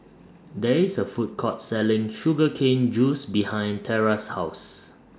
There IS A Food Court Selling Sugar Cane Juice behind Tera's House